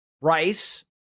Rice